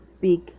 big